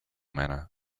manner